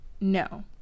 No